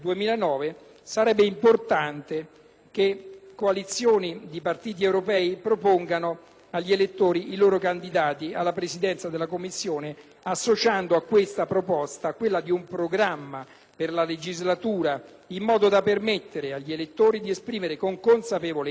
agli elettori i loro candidati alla Presidenza della Commissione, associando a questa proposta quella di un programma per la legislatura, in modo da permettere agli elettori di esprimere con consapevolezza la loro scelta e al nuovo Presidente di rispondere nella sua opera ai cittadini che lo hanno indirettamente